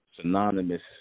synonymous